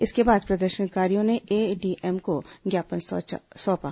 इसके बाद प्रदर्शनकारियों ने एडीएम को ज्ञापन सौंपा